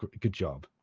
but good job.